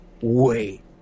wait